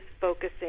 focusing